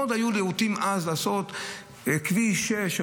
היו להוטים מאוד אז לעשות את כביש 6,